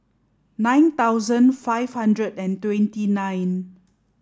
nine thousand five hundred and twenty nine